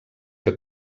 que